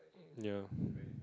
ya